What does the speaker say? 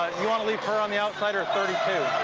want to leave here on the outside or thirty two?